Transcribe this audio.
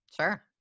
Sure